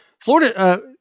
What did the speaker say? Florida